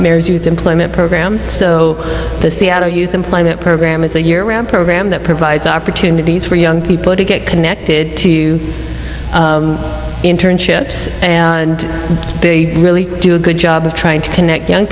youth employment program so the seattle youth employment program is a year round program that provides opportunities for young people to get connected to internships and they really do a good job of trying to connect young